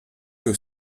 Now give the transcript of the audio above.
que